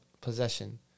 possession